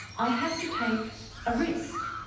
i have to take a risk,